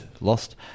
Lost